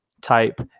type